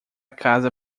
casa